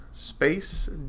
Space